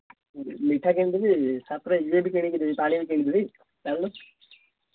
ମିଠା କିଣି ଦେବି ସାଥିରେ ଇଏ ବି ପାଣି କିଣି କି ଦେବି ଚାଲୁନୁ